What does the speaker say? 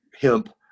hemp